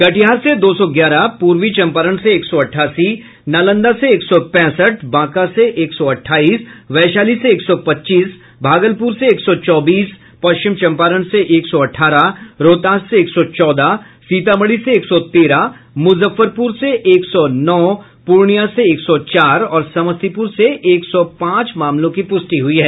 कटिहार से दो सौ ग्यारह पूर्वी चंपारण से एक सौ अठासी नालंदा से एक सौ पैंसठ बांका से एक सौ अठाईस वैशाली से एक सौ पच्चीस भागलपुर से एक सौ चौबीस पश्चिम चंपारण से एक सौ अठारह रोहतास से एक सौ चौदह सीतामढ़ी से एक सौ तेरह मुजफ्फरपुर से एक सौ नौ पूर्णिया से एक सौ चार और समस्तीपुर से एक सौ पांच मामलों की पुष्टि हई है